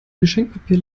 geschenkpapier